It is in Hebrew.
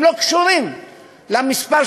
הם לא קשורים למספר,